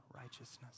righteousness